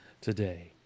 today